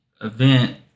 event